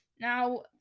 Now